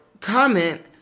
comment